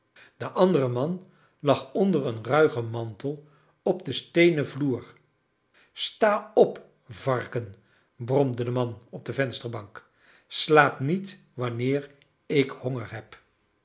de andere man lag onder een ruigen mantel op den steenen vloer sta op varken bromde de man op de vensterbank slaap niet wanneer ik honger heb